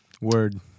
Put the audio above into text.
Word